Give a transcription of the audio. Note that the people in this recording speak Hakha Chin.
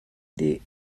dih